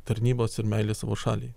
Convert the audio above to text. tarnybos ir meilė savo šaliai